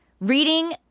reading